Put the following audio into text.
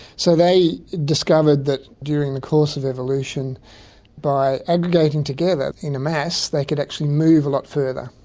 so they discovered that during the course of evolution by aggregating together in a mass they could actually move a lot further,